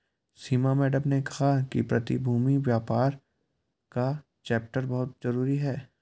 सीमा madam ने कहा कि प्रतिभूति व्यापार का चैप्टर बहुत जरूरी है